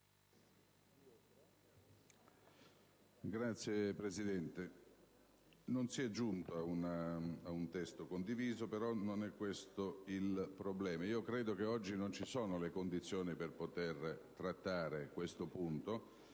Signora Presidente, non si è giunti a un testo condiviso, però non è questo il problema. Credo che oggi non vi siano le condizioni per poter trattare questo punto,